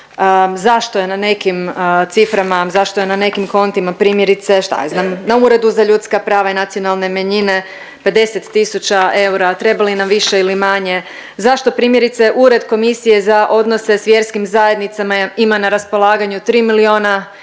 zašto je na nekim ciframa, zašto je na nekim kontima primjerice šta ja znam na Uredu za ljudska prava i nacionalne manjine 50 000 eura, treba li nam više ili manje, zašto primjerice Ured Komisije za odnose sa vjerskim zajednicama ima na raspolaganju tri milijona